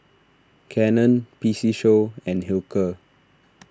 Canon P C Show and Hilker